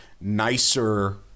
nicer